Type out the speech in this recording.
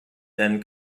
then